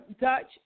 Dutch